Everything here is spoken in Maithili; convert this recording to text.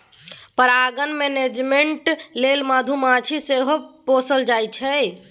परागण मेनेजमेन्ट लेल मधुमाछी सेहो पोसल जाइ छै